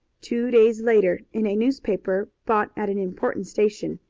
two days later, in a newspaper bought at an important station,